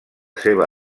seva